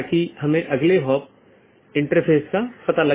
तो AS के भीतर BGP का उपयोग स्थानीय IGP मार्गों के विज्ञापन के लिए किया जाता है